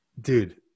Dude